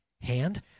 hand